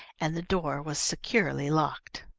and the door was securely locked.